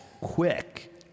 quick